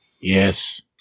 Yes